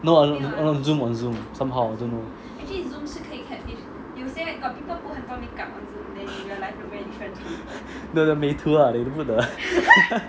no on on zoom on zoom somehow I don't know the 美图 ah they put the